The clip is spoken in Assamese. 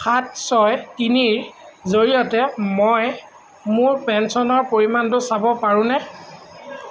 সাত ছয় তিনিৰ জৰিয়তে মই মোৰ পেঞ্চনৰ পৰিমাণটো চাব পাৰোঁনে